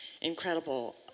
incredible